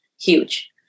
Huge